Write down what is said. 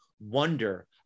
wonder